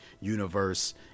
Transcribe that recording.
universe